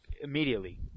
immediately